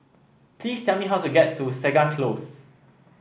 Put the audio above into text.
please tell me how to get to Segar Close